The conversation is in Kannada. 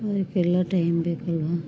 ಅದಕ್ಕೆಲ್ಲ ಟೈಮ್ ಬೇಕಲ್ವಾ